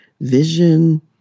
vision